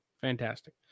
Fantastic